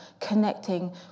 connecting